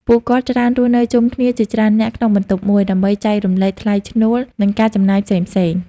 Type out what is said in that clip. ពួកគាត់ច្រើនរស់នៅជុំគ្នាជាច្រើននាក់ក្នុងបន្ទប់មួយ ដើម្បីចែករំលែកថ្លៃឈ្នួល និងការចំណាយផ្សេងៗ។